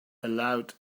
aloud